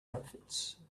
outfits